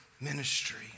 ministry